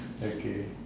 okay